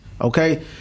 okay